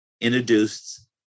introduced